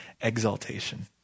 exaltation